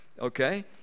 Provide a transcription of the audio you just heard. okay